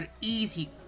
easy